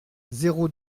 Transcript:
zéro